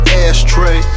ashtray